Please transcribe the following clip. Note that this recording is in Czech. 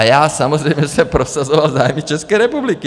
Já samozřejmě jsem prosazoval zájmy České republiky.